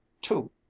two